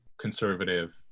conservative